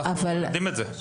אנחנו מכבדים את זה.